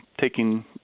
taking